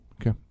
Okay